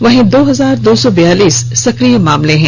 वहीं दो हजार दो सौ बैयालीस सक्रिय केस हैं